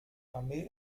armee